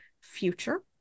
future